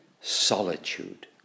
Solitude